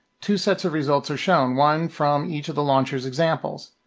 two sets of results are shown. one from each of the launchers examples.